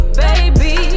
baby